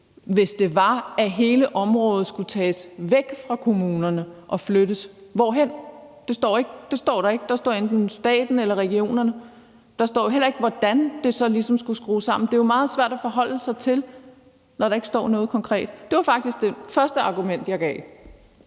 hvis det var, at hele området skulle tages væk fra kommunerne og flyttes – men hvorhen? Det står der ikke. Der står, at det enten skal være staten eller regionerne. Der står heller ikke, hvordan det så ligesom skulle skrues sammen. Det er jo meget svært at forholde sig til det, når der ikke står noget konkret. Det var faktisk det første argument, jeg gav.